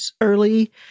early